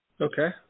Okay